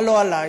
אבל לא עלי.